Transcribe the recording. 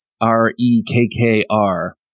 R-E-K-K-R